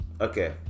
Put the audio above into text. Okay